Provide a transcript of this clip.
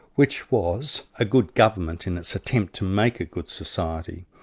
which was a good government in its attempt to make a good society,